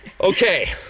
okay